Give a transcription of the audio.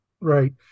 Right